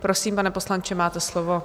Prosím, pane poslanče, máte slovo.